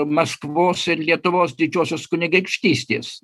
maskvos ir lietuvos didžiosios kunigaikštystės